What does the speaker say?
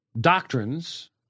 doctrines